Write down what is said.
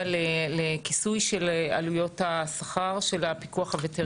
לכיסוי של עלויות השכר של הפיקוח הווטרינרי.